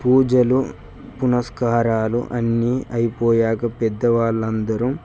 పూజలు పునస్కారాలు అన్నీ అయిపోయాక పెద్ద వాళ్ళందరూ